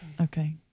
Okay